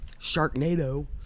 Sharknado